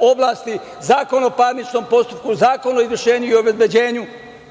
oblasti, Zakon o parničnom postupku, Zakon o izvršenju i obezbeđenju.